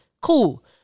cool